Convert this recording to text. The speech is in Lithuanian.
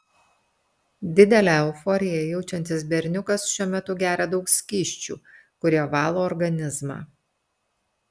didelę euforiją jaučiantis berniukas šiuo metu geria daug skysčių kurie valo organizmą